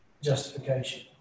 justification